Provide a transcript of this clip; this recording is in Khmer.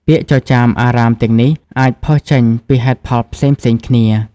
ពាក្យចចាមអារ៉ាមទាំងនេះ អាចផុសចេញពីហេតុផលផ្សេងៗគ្នា។